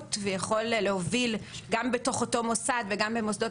מודעות ולהוביל גם בתוך אותו מוסד וגם במוסדות